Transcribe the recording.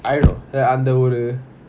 I don't know அந்த ஒரு:antha oru